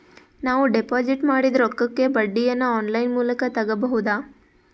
ನಾವು ಡಿಪಾಜಿಟ್ ಮಾಡಿದ ರೊಕ್ಕಕ್ಕೆ ಬಡ್ಡಿಯನ್ನ ಆನ್ ಲೈನ್ ಮೂಲಕ ತಗಬಹುದಾ?